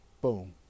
boom